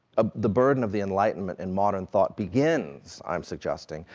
ah the burden of the enlightenment in modern thought begins, i'm suggesting,